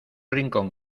rincón